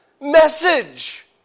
Message